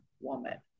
woman